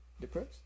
Depressed